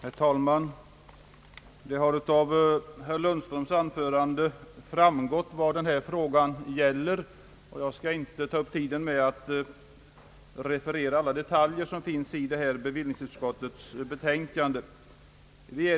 Herr talman! Det har av herr Lundströms anförande framgått vad den här frågan gäller, och jag skall inte ta upp tiden med att referera alla detaljer som finns i bevillningsutskottets betänkande.